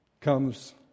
comes